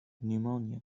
pneumonia